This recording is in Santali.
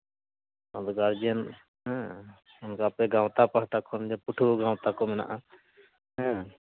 ᱟᱫᱚ ᱜᱟᱨᱡᱮᱱ ᱦᱮᱸ ᱟᱯᱮ ᱜᱟᱶᱛᱟ ᱯᱟᱦᱴᱟ ᱠᱷᱚᱱ ᱯᱟᱹᱴᱷᱣᱟᱹ ᱜᱟᱶᱛᱟ ᱠᱚ ᱢᱮᱱᱟᱜᱼᱟ ᱦᱮᱸ